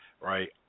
right